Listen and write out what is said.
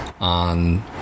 on